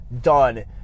done